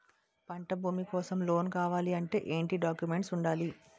పంట భూమి కోసం లోన్ కావాలి అంటే ఏంటి డాక్యుమెంట్స్ ఉండాలి?